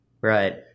Right